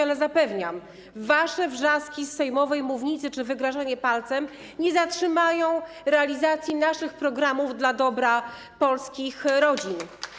Ale zapewniam: wasze wrzaski z sejmowej mównicy czy wygrażanie palcem nie zatrzymają realizacji naszych programów dla dobra polskich rodzin.